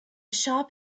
shop